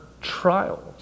trials